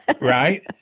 right